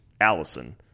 allison